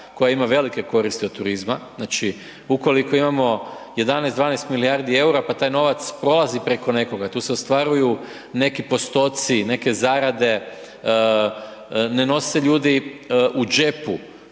koja ima velike koristi od turizma. Znači, ukoliko imamo 11, 12 milijardi EUR-a, pa taj novac prolazi preko nekoga, tu se ostvaruju neki postoci, neke zarade, ne nose ljudi u džepu